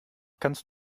kannst